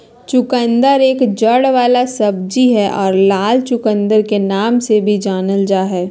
चुकंदर एक जड़ वाला सब्जी हय आर लाल चुकंदर के नाम से भी जानल जा हय